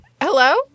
Hello